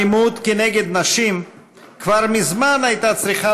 האלימות נגד נשים כבר מזמן הייתה צריכה